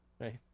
right